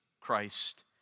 Christ